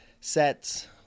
sets